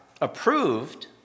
approved